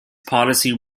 policy